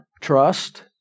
Trust